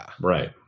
right